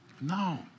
No